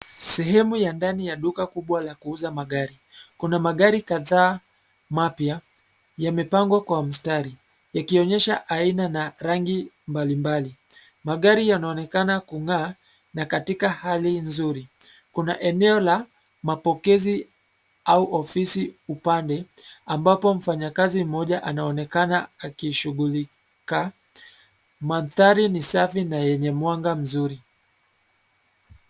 Sehemu ya ndani ya duka kubwa la kuuza magari, kuna magari kadhaa mapya yamepangwa kwa mstari yakionyesha aina na rangi mbalimbali. Magari yanaonekana kung'aa na katika hali nzuri. Kuna eneo la mapokezi au ofisi upande ambapo mfanyakazi mmoja anonekana akishughulika. Mandhari ni safi na yenye mwanga mzuri.